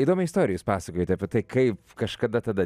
įdomią istoriją jūs pasakojote apie tai kaip kažkada tada